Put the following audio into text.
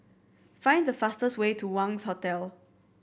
find the fastest way to Wangz Hotel